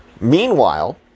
Meanwhile